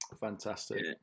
Fantastic